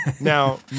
Now